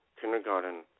kindergarten